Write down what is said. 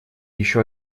еще